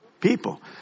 People